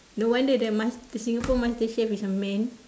no one that the mas~ the Singapore master chef is a man